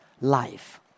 life